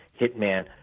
hitman